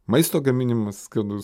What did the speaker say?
maisto gaminimas skanus